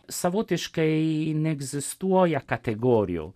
savotiškai neegzistuoja kategorijų